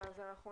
בסדר.